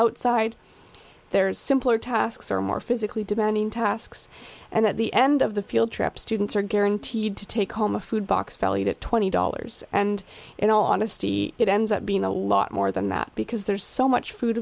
outside there's simpler tasks or more physically demanding tasks and at the end of the field trip students are guaranteed to take home a food box valued at twenty dollars and in all honesty it ends up being a lot more than that because there's so much food